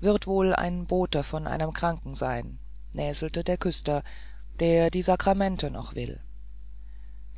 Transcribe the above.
wird wohl ein bote von einem kranken sein näselte der küster der die sakramente noch will